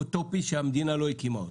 אוטופי שהמדינה לא הקימה אותו.